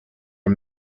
are